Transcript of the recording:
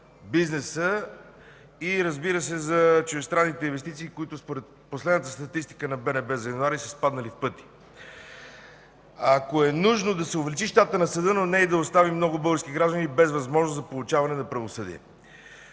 бизнеса и, разбира се, за чуждестранните инвестиции, които според последната статистика на БНБ за месец януари са спаднали в пъти. Ако е нужно, да се увеличи щатът на Съда, но не и да оставим много български граждани без възможност за получаване на правосъдие.